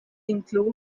include